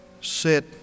sit